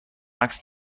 عکس